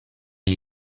gli